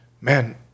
man